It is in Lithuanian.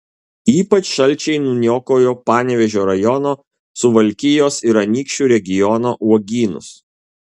ypač šalčiai nuniokojo panevėžio rajono suvalkijos ir anykščių regiono uogynus